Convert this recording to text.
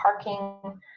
parking